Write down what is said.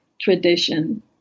tradition